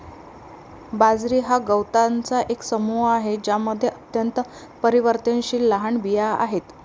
बाजरी हा गवतांचा एक समूह आहे ज्यामध्ये अत्यंत परिवर्तनशील लहान बिया आहेत